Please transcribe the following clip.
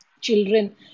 children